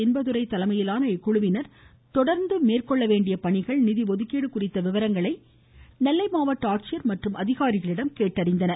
இன்பதுரை தலைமையிலான இக்குழுவினர் தொடர்ந்து மேற்கொள்ள வேண்டிய பணிகள் நிதிஒதுக்கீடு குறித்த விவரங்களை மாவட்ட ஆட்சியர் மற்றும் அதிகாரிகளிடம் கேட்டறிந்தனர்